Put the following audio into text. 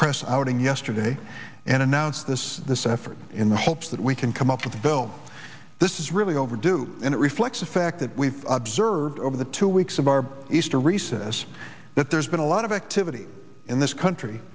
press outing yesterday and announced this this effort in the hopes that we can come up with a bill this is really overdue and it reflects the fact that we've observed over the two weeks of our easter recess that there's been a lot of activity in this country